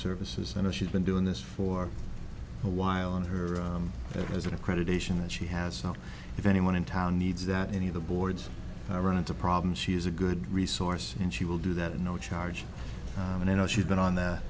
services and she's been doing this for a while on her that was accreditation that she has now if anyone in town needs that any of the boards i run into problems she is a good resource and she will do that in no charge and i know she's been on